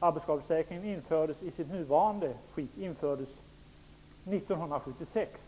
Arbetsskadeförsäkringen infördes i sitt nuvarande skick 1976.